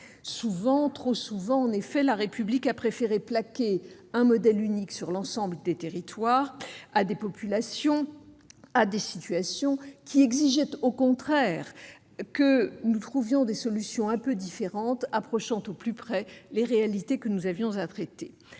Souvent, trop souvent, la République a préféré plaquer un modèle unique sur l'ensemble des territoires et des populations, alors que la diversité des situations exigeait, au contraire, que l'on trouve des solutions un peu différenciées, approchant au plus près les réalités que nous avions à traiter.